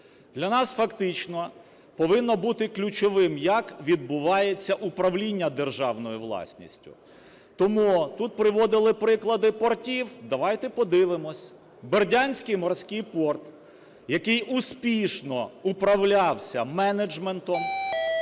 Для нас фактично повинно бути ключовим, як відбувається управління державною власністю, тому… тут приводили приклади портів, давайте подивимося. Бердянський морський порт, який успішно управлявся менеджментом,